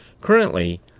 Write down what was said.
Currently